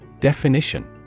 Definition